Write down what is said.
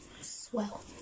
swell